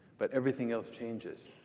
but everything else changes.